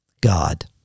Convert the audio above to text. God